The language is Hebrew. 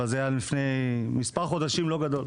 אבל תקופת הקורונה היתה לפני מספר חודשים לא גדול.